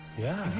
yeah.